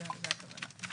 זו הכוונה.